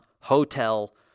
hotel